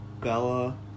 Bella